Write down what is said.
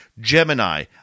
Gemini